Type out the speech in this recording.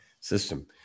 system